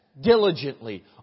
diligently